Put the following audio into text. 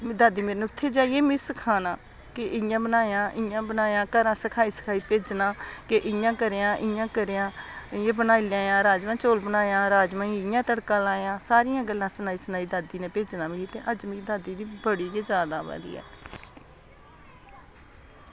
दादी मेरी नै उत्थें जाइयै मिगी सखाना की इंया बनायां इंया बनायां घरा दा सखाई सखाई भेजना ऐ ते इंया करेआं इंया करेआं इंया बनाई लैआं राजमांह् चौल बनायां ते राजमांह् गी इंया तड़का लायां ते सारियां गल्लां सनाई सनाई भेजना मिगी दादी नै ते अज्ज मिगी दादी दी बड़ी गै याद आवा दी ऐ